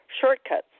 shortcuts